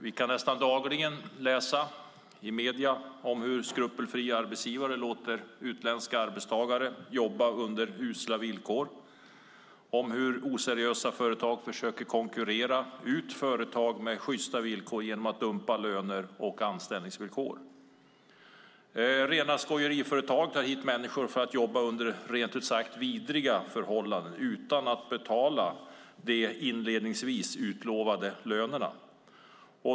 Vi kan nästan dagligen i medierna läsa om hur skrupelfria arbetsgivare låter utländska arbetstagare jobba under usla villkor, om hur oseriösa företag försöker konkurrera ut företag med sjysta villkor genom att dumpa löner och ha sämre anställningsvillkor. Rena skojeriföretag tar hit människor för att jobba under rent ut sagt vidriga förhållanden utan att betala de inledningsvis utlovade lönerna.